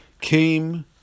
came